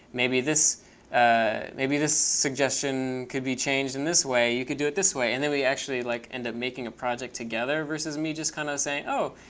maybe this ah maybe this suggestion could be changed in this way. you could do it this way. and then we actually like end up making a project together versus me just kind of saying, oh,